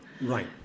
Right